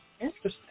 Interesting